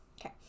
Okay